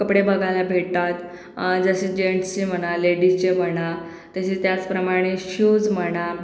कपडे बघायला भेटतात जसे जेन्ट्सचे म्हणा लेडीसचे म्हणा तसेच त्याचप्रमाणे शूज म्हणा